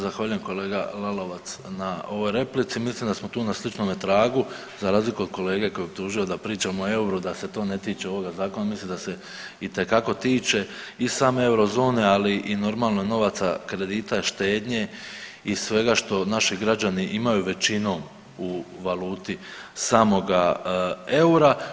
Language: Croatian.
Zahvaljujem kolega Lalovac na ovoj replici, mislim da smo tu na sličnome tragu za razliku od kolege koji je optužio da pričamo o euru da se to ne tiče ovoga zakona, mislim da se itekako tiče i same eurozone, ali i normalno novaca kredita, štednje i svega što naši građani imaju većinom u valuti samoga eura.